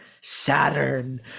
Saturn